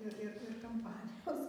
ir ir ir kampanijos